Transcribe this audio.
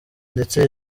ndetse